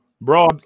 Bro